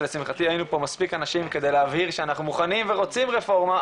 ולשמחתי היינו פה מספיק אנשים כדי להבהיר שאנחנו מוכנים ורוצים רפורמה,